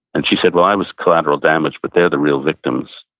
and she said, well i was collateral damage, but they're the real victims.